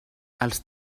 els